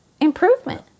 improvement